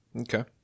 Okay